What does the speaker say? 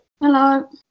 Hello